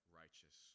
righteous